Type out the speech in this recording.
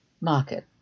market